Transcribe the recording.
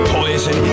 poison